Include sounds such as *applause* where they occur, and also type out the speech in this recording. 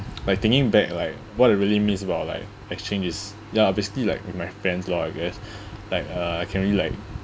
but thinking back like what I really miss about like exchange is ya obviously like with my friends lor I guess *breath* like uh can we like